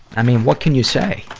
i mean, what can you say?